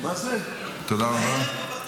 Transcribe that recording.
תודה רבה.